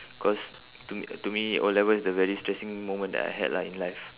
cause to m~ to me O levels is the very stressing moment that I had lah in life